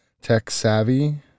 tech-savvy